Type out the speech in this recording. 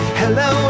hello